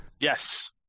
Yes